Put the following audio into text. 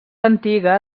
antiga